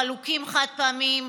חלוקים חד-פעמיים,